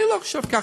אני לא חושב ככה.